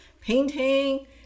painting